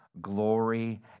glory